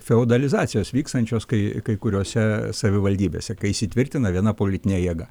feodalizacijos vykstančios kai kai kuriose savivaldybėse įsitvirtina viena politinė jėga